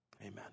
Amen